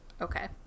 okay